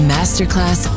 Masterclass